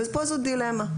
ופה זו דילמה.